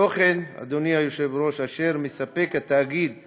התוכן, אדוני היושב-ראש, שהתאגיד מספק,